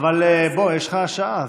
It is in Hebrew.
יש לך שעה,